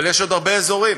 אבל יש עוד הרבה אזורים,